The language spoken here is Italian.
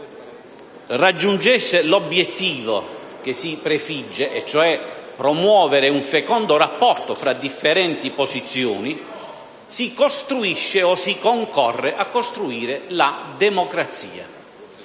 raggiungesse l'obiettivo che si prefigge (ossia promuovere un fecondo rapporto tra differenti posizioni), si costruirebbe o si concorrerebbe a costruire la democrazia.